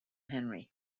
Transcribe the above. henry